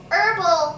Herbal